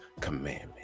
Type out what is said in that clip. commandment